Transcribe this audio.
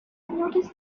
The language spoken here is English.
noticed